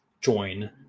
join